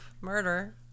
murder